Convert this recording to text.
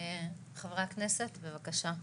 חברי הכנסת, בבקשה.